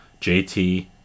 JT